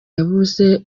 yabuze